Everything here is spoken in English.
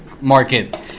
market